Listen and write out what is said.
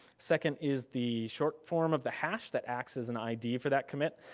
second, is the short form of the hash that acts as an id for that commit.